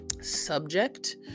subject